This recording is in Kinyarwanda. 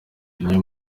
niyo